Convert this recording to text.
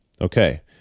Okay